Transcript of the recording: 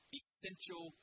essential